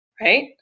right